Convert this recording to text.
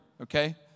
okay